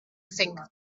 fink